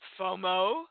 FOMO